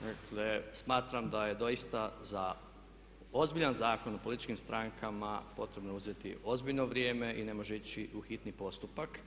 Dakle, smatram da je doista za ozbiljan zakon o političkim strankama potrebno uzeti potrebno vrijeme i ne može ići u hitni postupak